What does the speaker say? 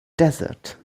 desert